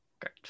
Great